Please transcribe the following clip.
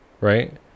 right